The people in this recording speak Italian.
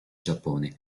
giappone